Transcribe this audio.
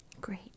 Great